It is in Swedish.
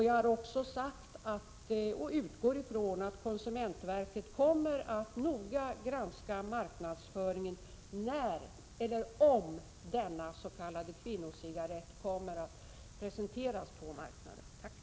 Jag har också sagt att jag utgår från att konsumentverket kommer att noga granska marknadsföringen när — eller om — denna s.k. kvinnocigarett kommer att presenteras på marknaden.